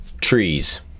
trees